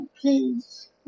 Please